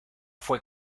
fue